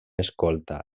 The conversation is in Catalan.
escolta